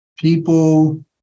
People